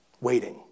waiting